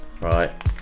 right